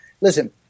Listen